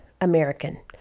American